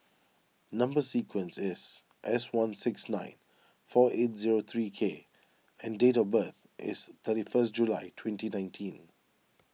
Number Sequence is S one six nine four eight zero three K and date of birth is thirty frist July twenty nineteen